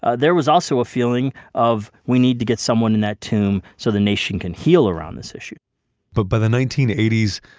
ah there was also a feeling of we need to get someone in that tomb so the nation can heal around this issue but by the nineteen eighty s,